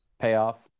payoff